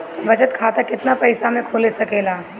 बचत खाता केतना पइसा मे खुल सकेला?